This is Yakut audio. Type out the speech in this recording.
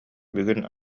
бүгүн